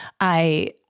I-